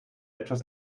etwas